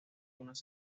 unas